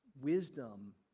wisdom